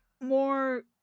more